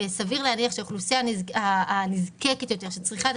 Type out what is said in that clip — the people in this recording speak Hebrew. וסביר להניח שהאוכלוסייה הנזקקת יותר שצריכה את